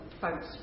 folks